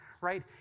right